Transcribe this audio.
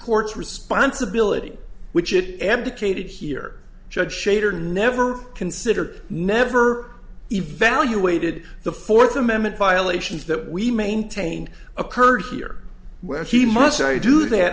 court's responsibility which it and decay did here judge shader never considered never evaluated the fourth amendment violations that we maintained occurred here where he must i do that